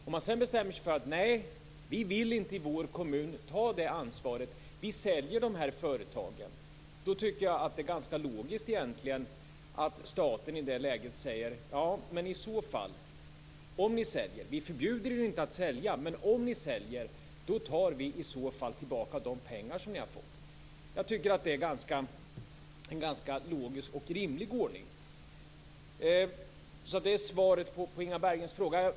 Om man sedan bestämmer sig för att man i kommunen inte vill ta det ansvaret utan säljer företagen tycker jag det egentligen är ganska logiskt att staten i det läget säger: Vi förbjuder er inte att sälja, men om ni säljer tar vi i så fall tillbaka de pengar som ni har fått. Jag tycker att det är en ganska logisk och rimlig ordning. Det är svaret på Inga Berggrens fråga.